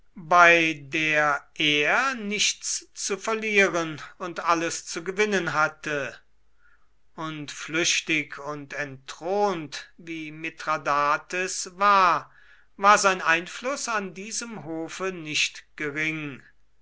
bei der er nichts zu verlieren und alles zu gewinnen hatte und flüchtig und entthront wie mithradates war war sein einfluß an diesem hofe nicht gering